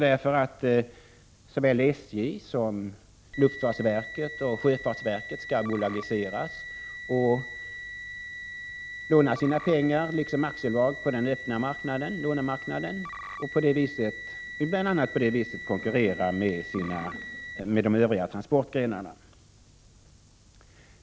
Därför bör såväl SJ som luftfartsverket och sjöfartsverket bolagiseras och liksom Prot. 1986/87:99 aktiebolagen låna sina pengar på den öppna lånemarknaden och på det viset — 1 april 1987 konkurrera med de övriga transportgrenarna.